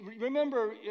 remember